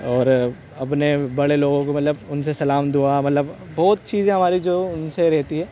اور اپنے بڑے لوگوں کو مطلب ان سے سلام دعا مطلب بہت چیزیں ہماری جو ان سے رہتی ہے